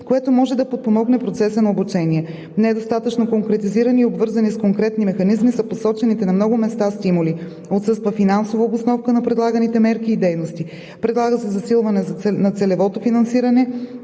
което може да подпомогне процеса на обучение. Недостатъчно конкретизирани и обвързани с конкретни механизми са посочените на много места „стимули“. Отсъства финансова обосновка на предлаганите мерки и дейности. Предлага се засилване на целевото финансиране